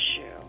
issue